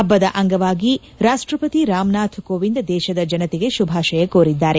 ಹಬ್ಲದ ಅಂಗವಾಗಿ ರಾಷ್ಷಪತಿ ರಾಮನಾಥ್ ಕೋವಿಂದ್ ದೇಶದ ಜನತೆಗೆ ಶುಭಾಶಯ ಕೋರಿದ್ದಾರೆ